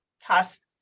past